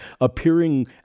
appearing